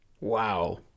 Wow